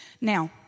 now